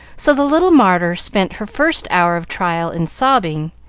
so the little martyr spent her first hour of trial in sobbing,